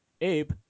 Abe